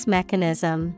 Mechanism